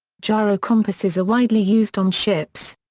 gyrocompasses are widely used on ships.